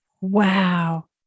Wow